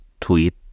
Tweet